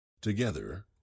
Together